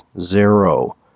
Zero